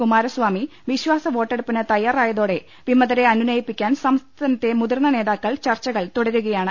കുമാരസ്വാമി വിശ്വാ സവോട്ടെടുപ്പിന് തയ്യാറായതോടെ വിമതരെ അനുനയിപ്പിക്കാൻ സംസ്ഥാ നത്തെ മുതിർന്ന നേതാക്കൾ ചർച്ചകൾ തുടരുകയാണ്